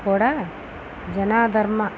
కూడా జనాధారణ